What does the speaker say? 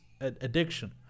addiction